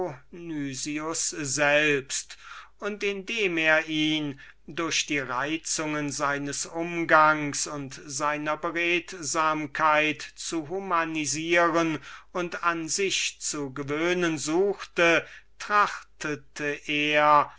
selbst und indem er ihn durch die reizungen seines umgangs und seiner beredsamkeit zu humanisieren und an sich zu gewöhnen suchte trachtete er